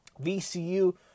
vcu